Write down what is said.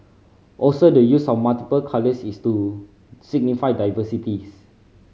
also the use of multiple colours is to signify diversities